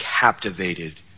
captivated